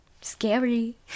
Scary